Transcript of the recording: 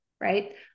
right